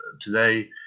today